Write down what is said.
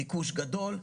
ביקוש גדול,